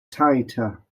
tighter